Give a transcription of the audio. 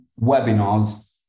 webinars